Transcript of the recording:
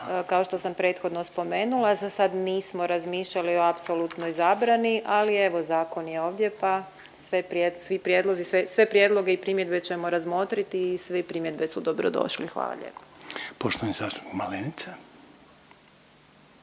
Kao što sam prethodno spomenula za sad nismo razmišljali o apsolutnoj zabrani ali evo zakon je ovdje pa svi prijedlozi, sve prijedloge i primjedbe ćemo razmotriti i sve primjedbe su dobro došli. Hvala lijepo. **Reiner,